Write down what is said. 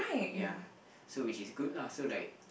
ya so which is good lah so like